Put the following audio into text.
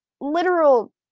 literal